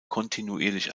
kontinuierlich